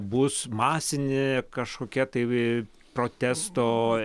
bus masinė kažkokia tai protesto